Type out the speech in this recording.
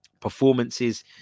performances